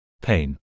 Pain